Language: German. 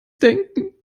denken